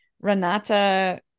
renata